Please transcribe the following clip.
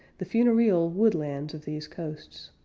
the funereal woodlands of these coasts,